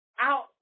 Out